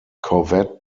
corvette